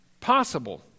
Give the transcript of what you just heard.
possible